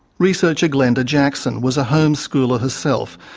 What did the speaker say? researcher glenda jackson was a homeschooler herself,